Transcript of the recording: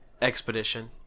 expedition